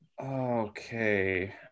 Okay